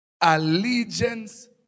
allegiance